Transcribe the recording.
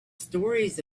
stories